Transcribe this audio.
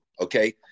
okay